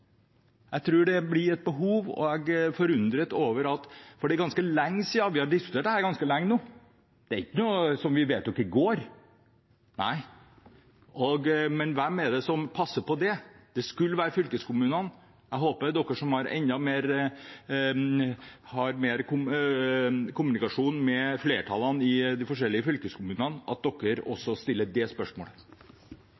Jeg tror det blir et behov. Det er ganske lenge siden vi diskuterte dette. Dette er ikke noe vi vedtok i går. Men hvem er det som passer på det? Det skal fylkeskommunene gjøre. Jeg håper at dere som har mye kommunikasjon med flertallene i de forskjellige fylkeskommunene, også stiller det spørsmålet. Representanten Sverre Myrli har hatt ordet to ganger tidligere i debatten og